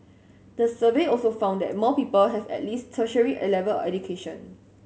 the survey also found that more people have at least tertiary level education